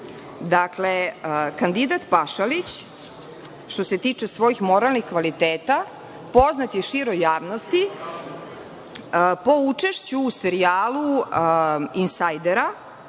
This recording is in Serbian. Dakle, kandidat Pašalić, što se tiče svojih moralnih kvaliteta poznat je široj javnosti po učešću u serijalu „Insajdera“